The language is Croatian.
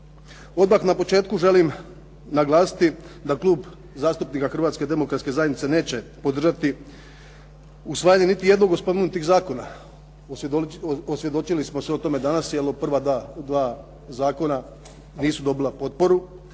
Odmah na početku želim naglasiti da Klub zastupnika Hrvatske Demokratske Zajednice neće podržati usvajanje niti jednog od spomenutih zakona, osvjedočili smo se o tome danas jer o prva dva zakona nisu dobila potporu,